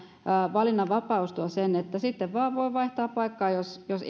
valinnanvapaus tuo sen että sitten voi vain vaihtaa paikkaa jos jos